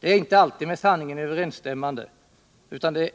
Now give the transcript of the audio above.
Detta är inte alltid med sanningen överensstämmande, utan man